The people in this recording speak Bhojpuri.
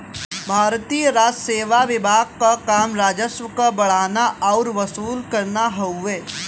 भारतीय राजसेवा विभाग क काम राजस्व क बढ़ाना आउर वसूल करना हउवे